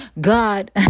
God